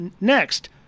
Next